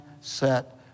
set